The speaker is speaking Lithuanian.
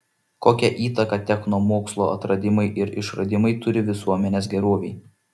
kokią įtaką technomokslo atradimai ir išradimai turi visuomenės gerovei